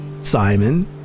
Simon